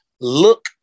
Look